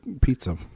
pizza